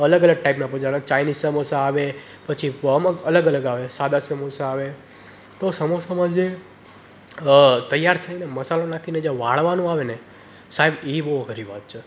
અલગ અલગ ટાઈપનાં પછી ઓલા ચાઈનીઝ સમોસા આવે પછી અમુક અલગ અલગ આવે સાદા સમોસા આવે તો સમોસામાં જે તૈયાર થઇને મસાલો નાખીને જે વાળવાનું આવે ને સાહેબ એ બહુ અઘરી વાત છે